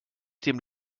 dem